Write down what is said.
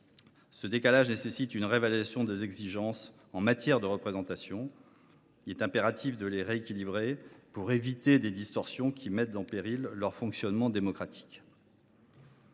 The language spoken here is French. Ce décalage rend nécessaire une réévaluation des exigences en matière de représentation. Il est impératif de les rééquilibrer pour éviter des distorsions qui mettent en péril leur fonctionnement démocratique.